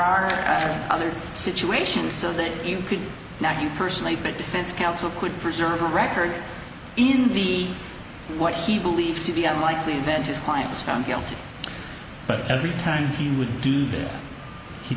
are other situations so that you could not you personally but defense counsel could preserve a record in the what he believed to be unlikely event his client was found guilty but every time he would do that he